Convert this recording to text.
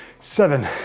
seven